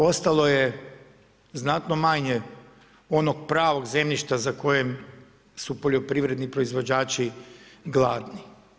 Ostalo je znatno manje onog pravog zemljišta za koje su poljoprivredni proizvođači gladni.